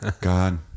God